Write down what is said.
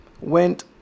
went